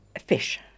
fish